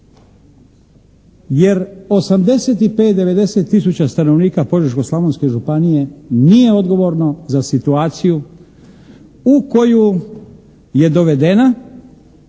jer 85, 90 tisuća stanovnika Požeško-Slavonske županije nije odgovorno za situaciju u koju je dovedena